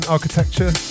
architecture